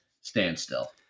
standstill